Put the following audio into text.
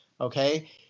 okay